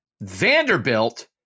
Vanderbilt